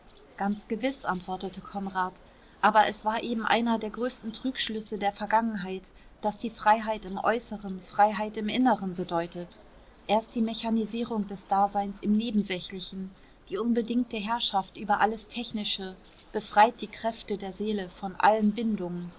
ganz gewiß antwortete konrad aber es war eben einer der größten trugschlüsse der vergangenheit daß die freiheit im äußeren freiheit im inneren bedeutet erst die mechanisierung des daseins im nebensächlichen die unbedingte herrschaft über alles technische befreit die kräfte der seele von allen bindungen